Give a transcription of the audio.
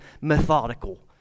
methodical